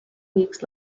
weeks